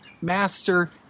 master